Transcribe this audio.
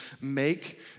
make